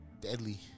deadly